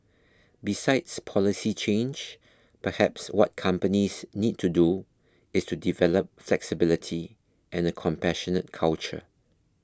besides policy change perhaps what companies need to do is to develop flexibility and a compassionate culture